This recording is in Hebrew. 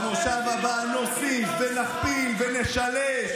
במושב הבא נוסיף ונכפיל ונשלש,